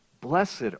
Blessed